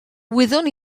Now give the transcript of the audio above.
wyddwn